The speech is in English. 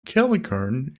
callicoon